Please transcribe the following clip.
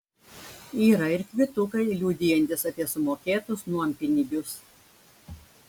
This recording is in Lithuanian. yra ir kvitukai liudijantys apie sumokėtus nuompinigius